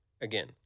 again